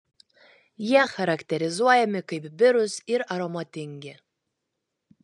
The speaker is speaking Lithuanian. jie charakterizuojami kaip birūs ir aromatingi